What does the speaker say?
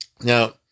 Now